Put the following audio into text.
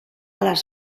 les